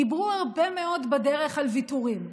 דיברו הרבה מאוד בדרך על ויתורים.